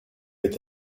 est